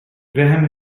graham